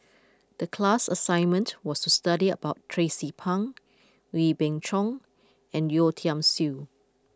the class assignment was to study about Tracie Pang Wee Beng Chong and Yeo Tiam Siew